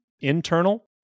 internal